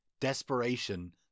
Desperation